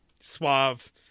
suave